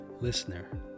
listener